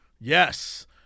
Yes